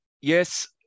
Yes